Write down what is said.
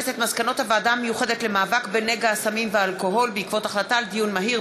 מסקנות הוועדה המיוחדת למאבק בנגע הסמים והאלכוהול בעקבות דיון מהיר